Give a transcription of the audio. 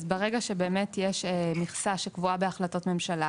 אז ברגע שבאמת יש מכסה שקבועה בהחלטות ממשלה